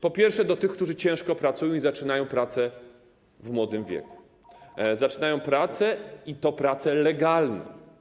Po pierwsze, do tych, którzy ciężko pracują i zaczynają pracę w młodym wieku, zaczynają pracę, i to pracę legalną.